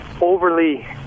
overly